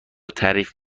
تعریف